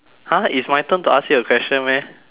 !huh! it's my turn to ask you a question meh